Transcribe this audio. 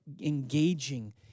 engaging